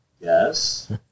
Yes